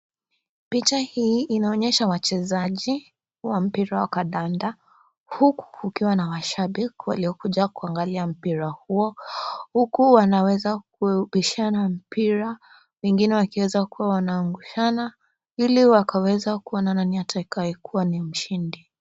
Picha hii inaonyesha wachezaji wa mpira wa kandanda huku ikiwa na washabiki`waliokuja kuangalia mpira huo, huku wakibishana mpira wengine wakiwa wanaangushana, iliwatakaeza kuona nani atakuwa mshindi.